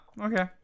okay